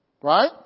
right